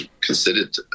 considered